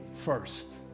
first